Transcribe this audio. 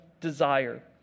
desire